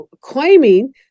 claiming